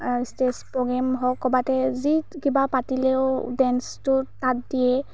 stage program হওক ক'ৰবাত যি কিবা পাতিলেও ডেন্সটো তাত দিয়ে